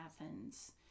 athens